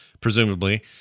presumably